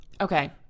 Okay